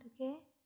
okay